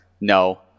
No